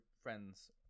friends